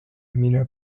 mille